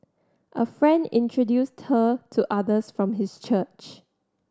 a friend introduced her to others from his church